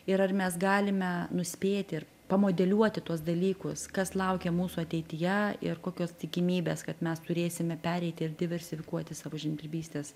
ir ar mes galime nuspėt ir pamodeliuoti tuos dalykus kas laukia mūsų ateityje ir kokios tikimybės kad mes turėsime pereiti ir diversifikuoti savo žemdirbystės